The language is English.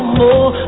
more